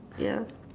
yeah